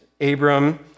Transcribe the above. Abram